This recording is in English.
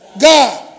God